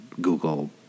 Google